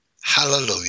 Hallelujah